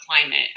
climate